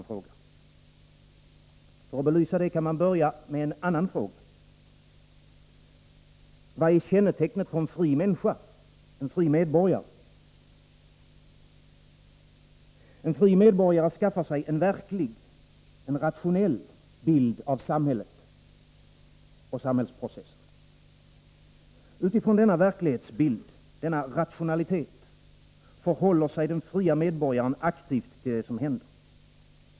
För att belysa detta kan man börja med en annan fråga: Vad är kännetecknet på en fri människa, en fri medborgare? Jo, en fri medborgare skaffar sig en verklig, rationell bild av samhället och samhällsprocessen. Utifrån denna verklighetsbild, denna rationalitet, förhåller sig den fria medborgaren aktiv till det som händer.